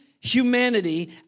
humanity